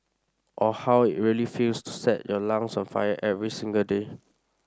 or how it really feels to set your lungs on fire every single day